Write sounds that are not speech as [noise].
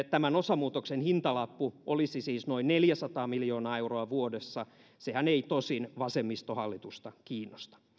[unintelligible] tämän osamuutoksen hintalappu olisi siis noin neljäsataa miljoonaa euroa vuodessa sehän ei tosin vasemmistohallitusta kiinnosta